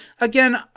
Again